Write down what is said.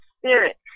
spirit